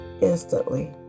instantly